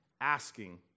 Asking